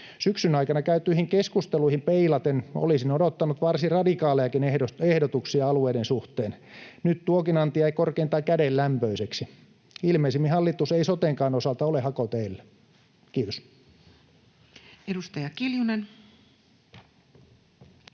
Syksyn aikana käytyihin keskusteluihin peilaten olisin odottanut varsin radikaalejakin ehdotuksia alueiden suhteen. Nyt tuokin anti jäi korkeintaan kädenlämpöiseksi. Ilmeisimmin hallitus ei sotenkaan osalta ole hakoteillä. — Kiitos.